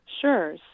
Sure